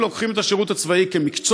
ואנשים כבר לוקחים את השירות הצבאי כמקצוע,